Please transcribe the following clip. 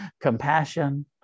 compassion